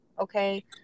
okay